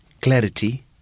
Clarity